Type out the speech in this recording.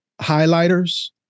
highlighters